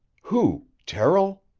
who? terrill?